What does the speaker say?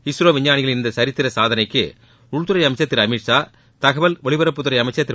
இஸ்ரோ விஞ்ஞானிகளின் இந்த சரித்திர சாதனைக்கு உள்துறை அமைச்சா் திரு அமித்ஷா தகவல் ஒலிபரப்புத்துறை அமைச்சர் திரு